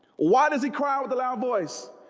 why does he cry out with a loud voice?